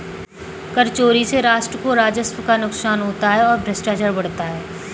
कर चोरी से राष्ट्र को राजस्व का नुकसान होता है और भ्रष्टाचार बढ़ता है